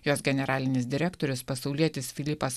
jos generalinis direktorius pasaulietis filipas